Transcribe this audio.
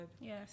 Yes